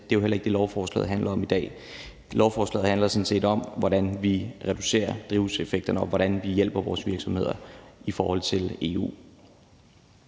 det er jo heller ikke det, lovforslaget handler om i dag. Lovforslaget handler sådan set om, hvordan vi reducerer drivhuseffekten, og om, hvordan vi hjælper vores virksomheder i forhold til EU.